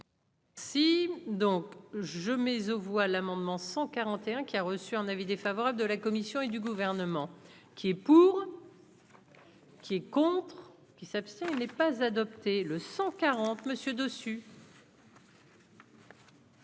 donc. Je mise aux voix, l'amendement 141 qui a reçu un avis défavorable de la Commission et du gouvernement qui est pour. Qui est contre qui s'abstient n'est pas adopté le 140 monsieur dessus.